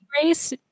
Grace